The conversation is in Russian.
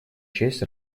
честь